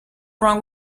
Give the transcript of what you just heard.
wrong